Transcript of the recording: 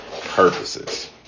purposes